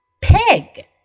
pig